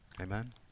Amen